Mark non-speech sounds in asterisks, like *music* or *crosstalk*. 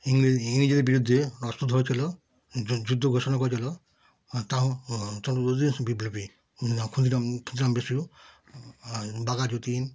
ইংরেজ ইংরেজদের বিরুদ্ধে *unintelligible* হয়েছিল যুদ্ধ ঘোষণা করেছিল তা *unintelligible* বিপ্লবী ক্ষুদিরাম ক্ষুদিরাম বসু আর বাঘা যতীন